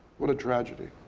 what a tragedy.